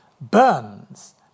Burns